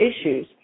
issues